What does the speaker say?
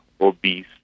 obese